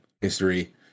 history